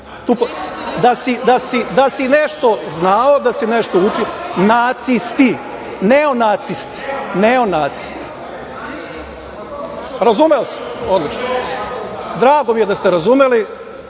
si nešto znao, da si nešto učio…Nacisti, neonacisti. Neonacisti. Razumeo si? Odlično. Drago mi je da ste razumeli.